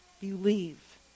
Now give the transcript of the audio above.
Believe